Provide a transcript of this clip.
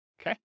Okay